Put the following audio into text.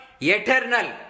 eternal